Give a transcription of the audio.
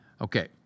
Okay